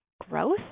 growth